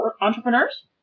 entrepreneurs